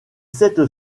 sept